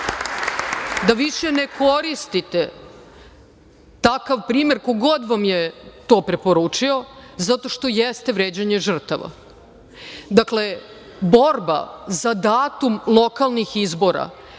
da više ne koristite takav primer, ko god vam je to preporučio, zato što jeste vređanje žrtava. Dakle, borba za datum lokalnih izbora